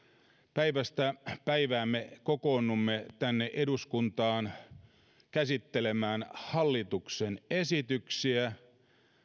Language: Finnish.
päivästä päivään me kokoonnumme tänne eduskuntaan käsittelemään hallituksen esityksiä